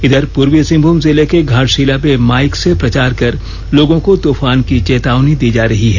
इधर पूर्वी सिंहभूम जिले के घाटषिला में माईक से प्रचार कर लोगों को तफान की चेतावनी दी जा रही है